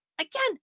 again